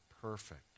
perfect